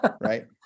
right